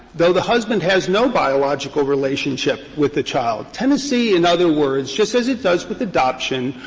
though the husband has no biological relationship with the child. tennessee, in other words, just as it does with adoption,